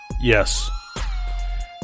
Yes